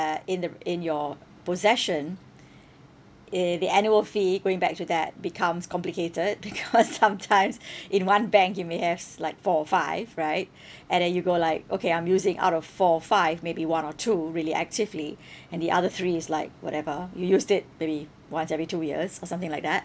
uh in the in your possession uh the annual fee going back to that becomes complicated because sometimes in one bank you may have like four five right and then you go like okay I'm using out of four five may be one or two really actively and the other three is like whatever you used it maybe once every two years or something like that